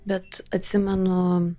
bet atsimenu